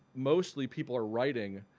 mostly people are writing.